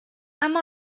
اما